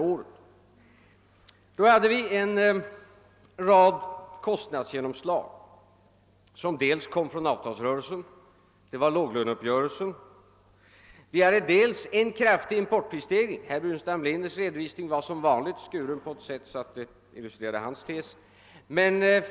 Vi hade vid den tiden dels en rad kostnadsgenomslag som kom från avtalsrörelsen — det var låglöneuppgörelsen —, dels en kraftig importprisstegring. Herr Burenstam Linders redovisning var som vanligt skuren på ett sådant sätt att den illustrerade hans tes.